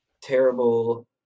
Terrible